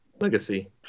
Legacy